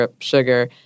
sugar